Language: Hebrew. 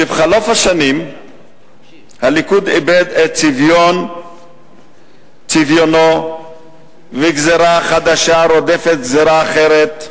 עם חלוף השנים הליכוד איבד את צביונו וגזירה חדשה רודפת גזירה אחרת,